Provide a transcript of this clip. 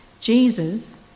Jesus